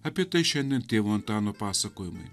apie tai šiandien tėvo antano pasakojimai